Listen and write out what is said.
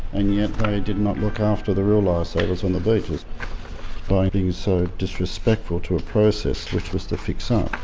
and yet they did not look after the real lifesavers on the beaches by being so disrespectful to a process which was to fix up